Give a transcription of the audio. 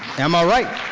am i right?